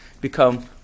become